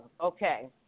Okay